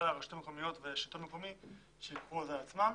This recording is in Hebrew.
לרשויות המקומיות שייקחו את זה על עצמם.